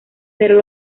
pero